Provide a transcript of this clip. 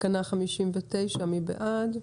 תקנה 59, מי בעד?